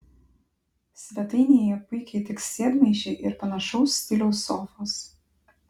svetainėje puikiai tiks sėdmaišiai ir panašaus stiliaus sofos